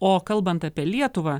o kalbant apie lietuvą